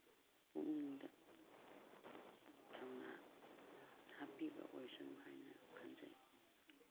ꯄꯨꯛꯅꯤꯡꯗ ꯊꯧꯅꯥ ꯍꯥꯞꯄꯤꯕ ꯑꯣꯏꯔꯁꯨ ꯍꯥꯏꯅ ꯈꯟꯖꯩ